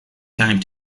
time